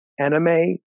anime